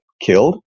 killed